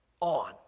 on